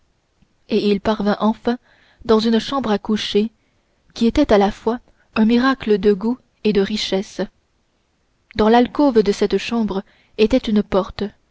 et il parvint enfin dans une chambre à coucher qui était à la fois un miracle de goût et de richesse dans l'alcôve de cette chambre était une porte